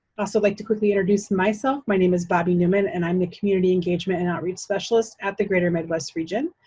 also like to quickly introduce myself. my name is bobbi newman, and i'm the community engagement and outreach specialist at the greater midwest region,